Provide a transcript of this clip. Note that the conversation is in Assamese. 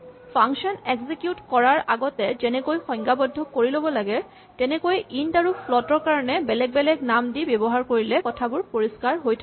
ফাংচন এক্সিকিউট কৰাৰ আগতে যেনেকৈ সংজ্ঞাবদ্ধ কৰি ল'ব লাগে তেনেকৈয়ে ইন্ট আৰু ফ্লট ৰ কাৰণে বেলেগ বেলেগ নাম দি ব্যৱহাৰ কৰিলে কথাবোৰ পৰিস্কাৰ হৈ থাকে